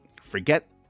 Forget